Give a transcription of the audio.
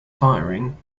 firing